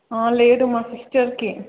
లేదు మా సిస్టర్కి